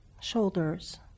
shoulders